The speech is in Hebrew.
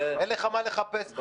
אין לך מה לחפש פה.